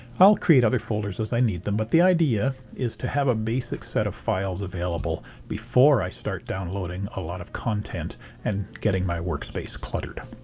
i'll create other folders as i need them but the idea is to have a basic set of files available before i start downloading a lot of content and getting my workspace cluttered.